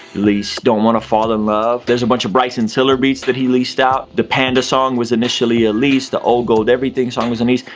leased don't want to fall in love. there's a bunch of bryson tiller beats that he leased out. the panda song was initially a leased, the all gold everything song was on lease.